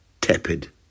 tepid